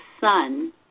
son